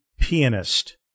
pianist